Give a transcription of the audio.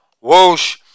whoosh